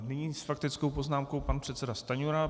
Nyní s faktickou poznámkou pan předseda Stanjura.